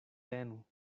tenu